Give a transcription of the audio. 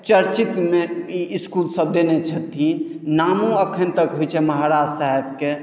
चर्चितमे ई इसकुल सब देने छथिन नामो अखन तक होइत छै महाराज साहेबके